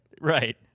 Right